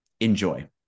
enjoy